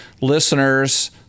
listeners